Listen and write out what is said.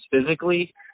physically